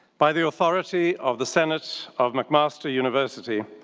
by the authority of the senate of mcmaster university,